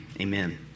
amen